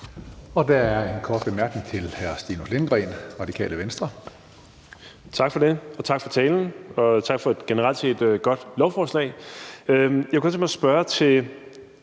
Der er en kort bemærkning til hr. Stinus Lindgreen, Radikale Venstre. Kl. 20:53 Stinus Lindgreen (RV): Tak for det, og tak for talen, og tak for et generelt set godt lovforslag. Jeg kunne godt tænke mig